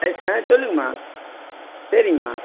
ஆ சொல்லுங்கம்மா சரிங்கம்மா